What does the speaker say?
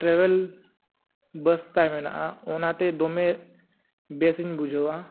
travel bus ᱛᱟᱭ ᱢᱮᱱᱟᱜᱼᱟ ᱚᱱᱟᱛᱮ ᱫᱚᱢᱮ ᱵᱮᱥᱮᱧ ᱵᱩᱡᱷᱟᱹᱣᱟ